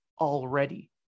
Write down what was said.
already